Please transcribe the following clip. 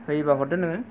होयोबा हरदो नोङो